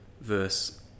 verse